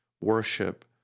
worship